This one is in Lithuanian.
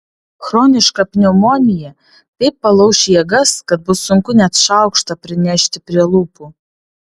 chroniška pneumonija taip palauš jėgas kad bus sunku net šaukštą prinešti prie lūpų